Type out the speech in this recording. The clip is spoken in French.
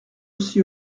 aussi